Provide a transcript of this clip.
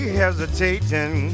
hesitating